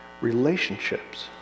Relationships